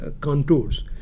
contours